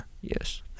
yes